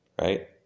right